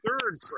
third